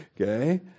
Okay